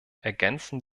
ergänzen